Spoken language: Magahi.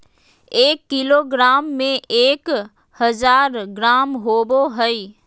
एक किलोग्राम में एक हजार ग्राम होबो हइ